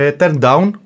turn-down